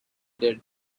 did